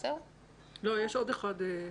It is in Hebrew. יש עוד אחד.